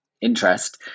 interest